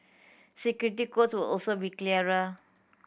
security codes will also be clearer